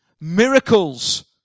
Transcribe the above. Miracles